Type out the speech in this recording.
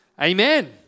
Amen